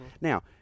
Now